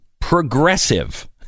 progressive